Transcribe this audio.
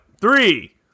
Three